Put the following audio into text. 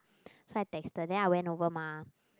so I texted then I went over mah